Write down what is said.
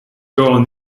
johan